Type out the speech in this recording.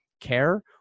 care